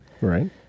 Right